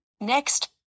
Next